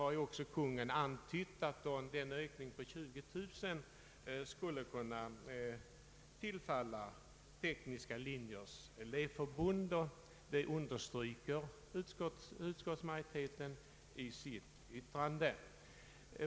Kungl. Maj:t har också antytt att ökningen på 20000 kronor skulle kunna tillfalla Tekniska linjers elevförbund, och detta understryker utskottsmajoriteten i sitt yttrande.